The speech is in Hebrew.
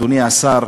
אדוני השר,